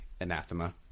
anathema